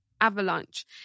Avalanche